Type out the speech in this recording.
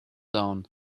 down